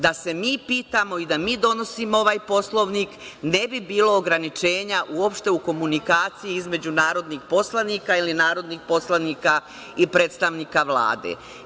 Da se mi pitamo i da mi donosimo ovaj Poslovnik, ne bi bilo ograničenja uopšte u komunikaciji između narodnih poslanika ili narodnih poslanika i predstavnika Vlade.